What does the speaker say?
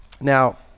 Now